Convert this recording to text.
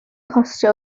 costio